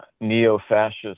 neo-fascist